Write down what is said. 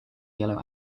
yellow